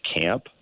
camp